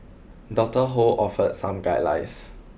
Doctor Ho offer some guidelines